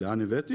לאן הבאתי?